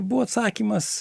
buvo atsakymas